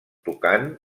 tocant